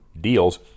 deals